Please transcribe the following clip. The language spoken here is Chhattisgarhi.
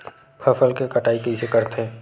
फसल के कटाई कइसे करथे?